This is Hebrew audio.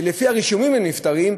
שלפי הרישומים הם נפטרים,